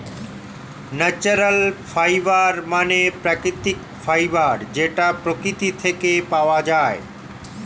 natural fibre মানে প্রাকৃতিক fibre যেটা প্রকৃতি থেকে পাওয়া যায়